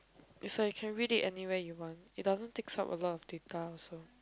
is like can read that anywhere you want it doesn't take some a lot of data also